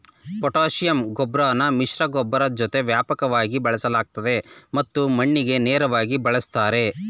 potassium ಗೊಬ್ರನ ಮಿಶ್ರಗೊಬ್ಬರದ್ ಜೊತೆ ವ್ಯಾಪಕವಾಗಿ ಬಳಸಲಾಗ್ತದೆ ಮತ್ತು ಮಣ್ಣಿಗೆ ನೇರ್ವಾಗಿ ಬಳುಸ್ತಾರೆ